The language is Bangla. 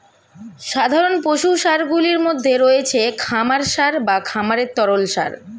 সাধারণ পশু সারগুলির মধ্যে রয়েছে খামার সার বা খামারের তরল সার